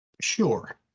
Sure